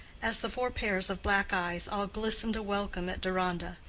as the four pairs of black eyes all glistened a welcome at deronda,